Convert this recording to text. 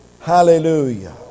Hallelujah